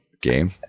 game